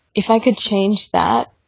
if i could change that?